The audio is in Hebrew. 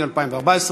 נגד, 1, נמנע אחד.